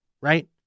Right